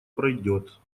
пройдет